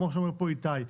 כמו שאומר כאן איתי,